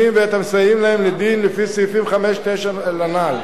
ואת המסייעים להם לדין לפי סעיפים 5 9 הנ"ל,